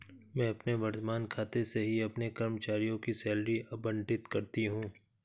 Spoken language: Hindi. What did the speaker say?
मैं अपने वर्तमान खाते से ही अपने कर्मचारियों को सैलरी आबंटित करती हूँ